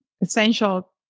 essential